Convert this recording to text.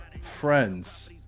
friends